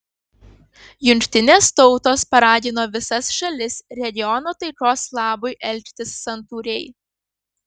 jungtinės tautos paragino visas šalis regiono taikos labui elgtis santūriai